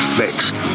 fixed